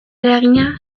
eragina